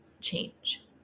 change